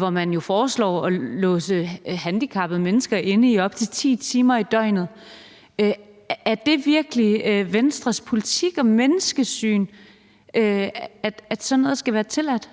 Man foreslog jo at låse handicappede mennesker inde i op til 10 timer i døgnet. Er det virkelig Venstres politik og menneskesyn, at sådan noget skal være tilladt?